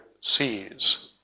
sees